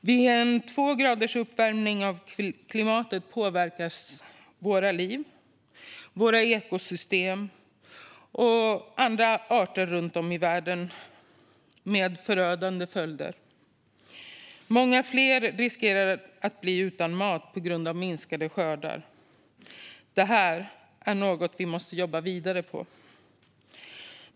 Vid en 2 graders uppvärmning av klimatet påverkas våra liv, våra ekosystem och andra arter runt om i världen med förödande följder. Många riskerar att bli utan mat på grund av minskade skördar. Det här är något vi måste jobba vidare med.